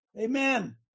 amen